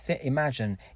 imagine